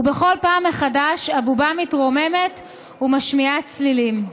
ובכל פעם מחדש הבובה מתרוממת ומשמיעה צלילים.